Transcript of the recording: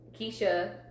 Keisha